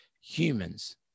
humans